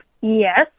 Yes